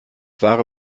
wahre